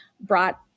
brought